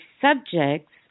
subjects